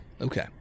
Okay